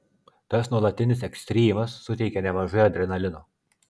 tas nuolatinis ekstrymas suteikia nemažai adrenalino